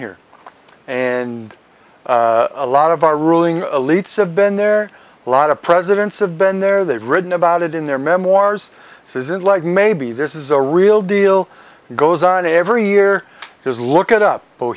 here and a lot of our ruling elites have been there a lot of presidents have been there they've written about it in their memoirs this isn't like maybe this is a real deal goes on every year because look at up